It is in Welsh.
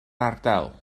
ardal